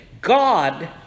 God